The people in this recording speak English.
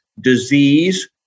disease